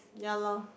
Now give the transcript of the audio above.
ya lor